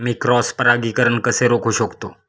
मी cross परागीकरण कसे रोखू शकतो?